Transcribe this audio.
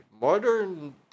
Modern